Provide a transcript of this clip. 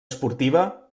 esportiva